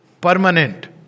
Permanent